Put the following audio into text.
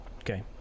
Okay